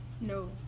No